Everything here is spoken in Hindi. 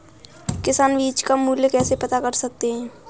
किसान बीज का मूल्य कैसे पता कर सकते हैं?